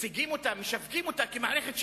מציגים אותה, משווקים אותה, כמערכת שוויונית.